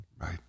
right